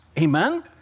amen